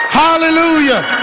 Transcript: hallelujah